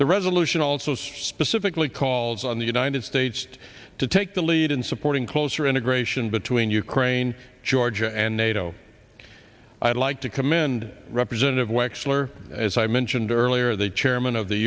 the resolution also specifically calls on the united states to take the lead in supporting closer integration between ukraine and georgia and nato i'd like to commend represent when actual or as i mentioned earlier the chairman of the